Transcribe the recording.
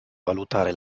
valutare